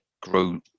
grow